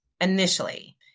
initially